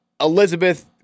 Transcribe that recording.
Elizabeth